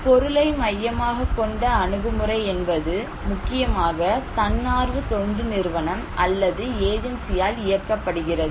பொருளை மையமாகக்கொண்ட அணுகுமுறை என்பது முக்கியமாக தன்னார்வ தொண்டு நிறுவனம் அல்லது ஏஜென்சியால் இயக்கப்படுகிறது